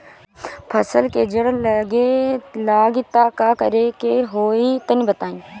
फसल के जड़ गले लागि त का करेके होई तनि बताई?